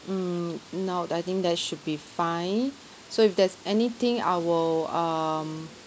mm no that I think that should be fine so if there's anything I will um